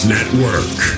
Network